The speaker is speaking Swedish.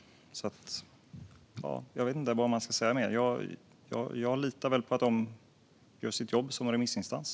Jag vet inte vad man kan säga mer, utan jag litar på att de gör sitt jobb som remissinstans.